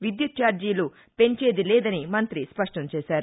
విద్యుత్ చార్జీలు పెంచేదీ లేదని మంఁతి స్పష్టం చేశారు